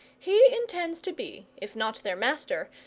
he intends to be, if not their master,